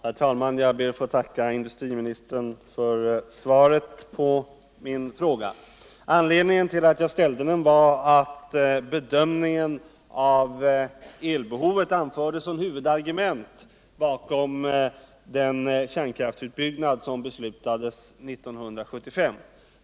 Herr talman! Jag ber att få tacka industriministern för svaret på min fråga. Anledningen till att jag ställde frågan var att bedömningen av elbehovet anfördes som huvudargument för den kärnkraftsutbyggnad som beslutades 1975.